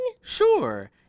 Sure